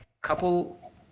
couple